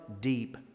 deep